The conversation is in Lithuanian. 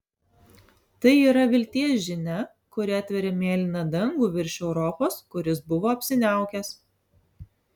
tai yra vilties žinia kuri atveria mėlyną dangų virš europos kuris buvo apsiniaukęs